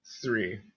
three